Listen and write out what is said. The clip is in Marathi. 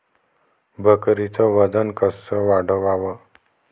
बकरीचं वजन कस वाढवाव?